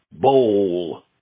bowl